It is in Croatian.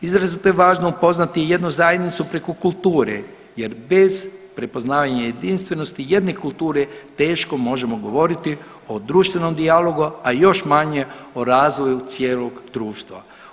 Izrazito je važno upoznati jednu zajednicu preko kulture jer bez prepoznavanja jedinstvenosti jedne kulture teško možemo govoriti o društvenom dijalogu, a još manje o razvoju cijelog društva.